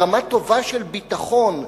ברמה טובה של ביטחון,